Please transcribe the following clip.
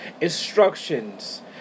Instructions